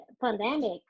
pandemic